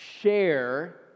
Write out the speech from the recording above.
share